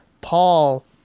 Paul